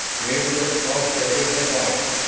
men sat cross-legged about it,